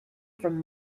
from